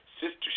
sister